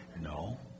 No